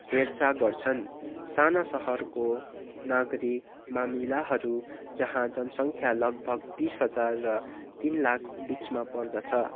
हेरचाह गर्छन् साना सहरको नागरिक मामिलाहरू जहाँ जनसङ्ख्या लगभग बिस हजार र तिन लाख बिचमा पर्दछ